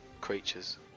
creatures